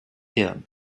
hirn